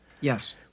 Yes